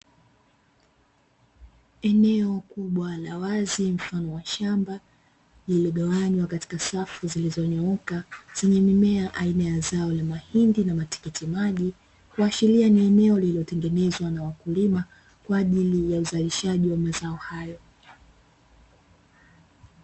Eneo kubwa la wazi mfano wa shamba lililogawanywa katika safu zilizonyooka zenye mimea aina ya zao la mahindi na matikitimaji, kuashiria ni eneo lililotengenezwa na wakulima kwaajili ya uzalishaji wa mazao hayo.